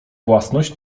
własność